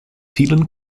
vielen